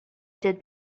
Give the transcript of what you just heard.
did